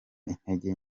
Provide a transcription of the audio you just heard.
intege